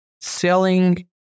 selling